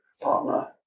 partner